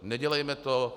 Nedělejme to.